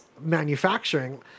Manufacturing